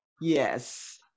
Yes